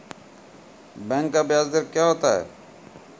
Bank का ब्याज दर क्या होता हैं?